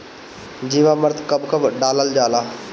जीवामृत कब कब डालल जाला?